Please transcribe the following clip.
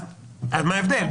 אז מה ההבדל?